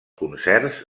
concerts